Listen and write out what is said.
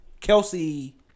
Kelsey